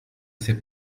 sais